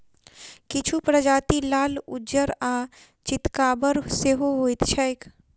किछु प्रजाति लाल, उज्जर आ चितकाबर सेहो होइत छैक